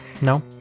No